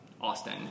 Austin